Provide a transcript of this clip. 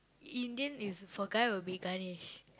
Indian if for guy will be Ganesh